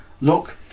look